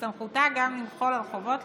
בסמכותה גם למחול על חובות,